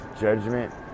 judgment